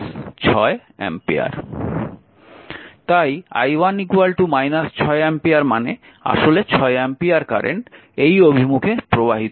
তাই i1 6 ampere মানে আসলে 6 অ্যাম্পিয়ার কারেন্ট এই অভিমুখে প্রবাহিত হচ্ছে